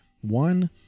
One